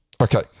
Okay